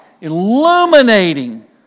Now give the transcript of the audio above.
illuminating